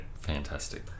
fantastic